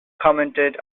commented